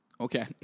Okay